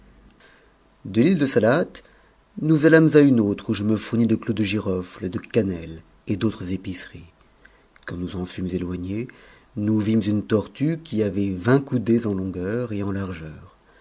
l'île de salabat nous allâmes à une autre où je me fournis h clous de girofle de cannelle et d'autres épiceries quand nous en fûmes éloignés nous vîmes une tortue qui avait vingt coudées en longueur et en largeur